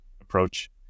approach